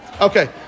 Okay